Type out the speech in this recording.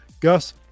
Gus